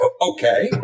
Okay